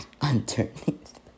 underneath